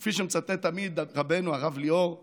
וכפי שמצטט תמיד רבנו הרב ליאור שליט"א: